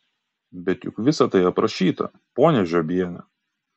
bet juk visa tai aprašyta ponia žiobiene